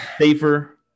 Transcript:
safer